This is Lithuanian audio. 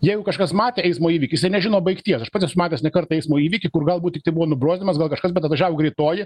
jeigu kažkas matė eismo įvykis jie nežino baigties aš pats matęs ne kartą eismo įvykį kur galbūt tiktai buvo nubrozdinimas gal kažkas bet atvažiavo greitoji